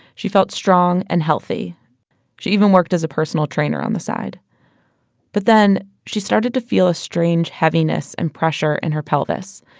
she felt strong and healthy she even worked as a personal trainer on the side but then, she started to feel a strange heaviness and pressure in her pelvis.